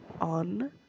on